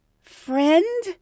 friend